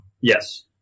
Yes